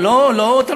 אבל לא אברכים,